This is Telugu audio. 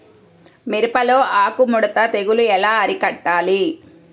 మిరపలో ఆకు ముడత తెగులు ఎలా అరికట్టాలి?